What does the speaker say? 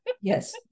Yes